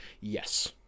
yes